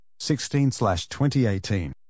16-2018